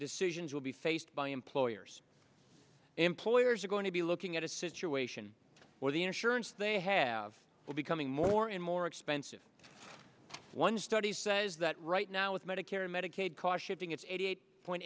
decisions will be faced by employers employers are going to be looking at a situation where the insurance they have will becoming more and more expensive one study says that right now with medicare medicaid costs should think it's eight point eight